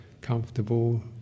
comfortable